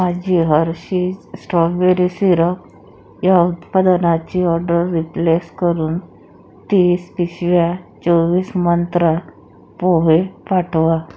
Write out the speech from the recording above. माझी Hershey's strawberry syrup या उत्पादनाची ऑर्डर रिप्लेस करून तीस पिशव्या चोवीस मंत्रा पोहे पाठवा